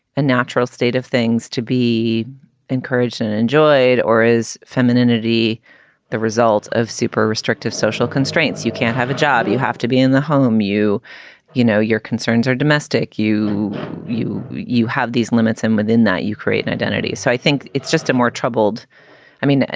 a natural state of things to be encouraged and enjoyed? or is femininity the result of super restrictive social constraints? you can't have a job. you you have to be in the home. you you know, your concerns are domestic. you you you have these limits. and within that, you create an identity. so i think it's just a more troubled i mean,